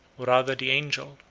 rather the angel,